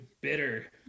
bitter